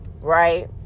right